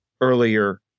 earlier